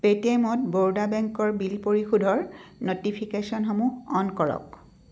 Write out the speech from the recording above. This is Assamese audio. পে'টিএমত বৰোদা বেংকৰ বিল পৰিশোধৰ ন'টিফিকেশ্যনসমূহ অন কৰক